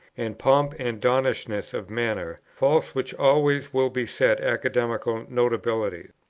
and pomp and donnishness of manner, faults which always will beset academical notabilities.